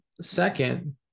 Second